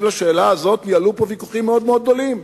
השאלה הזאת יעלו פה ויכוחים מאוד גדולים,